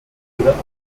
gehört